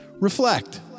Reflect